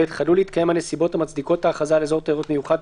(ב)חדלו להתקיים הנסיבות המצדיקות את ההכרזה על אזור תיירות מיוחד,